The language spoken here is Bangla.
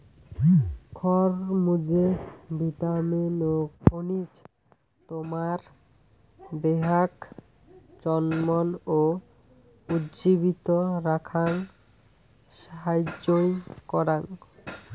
খরমুজে ভিটামিন ও খনিজ তোমার দেহাক চনমন ও উজ্জীবিত রাখাং সাহাইয্য করাং